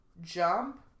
jump